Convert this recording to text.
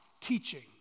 teaching